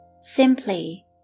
simply